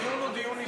הדיון הוא דיון אישי.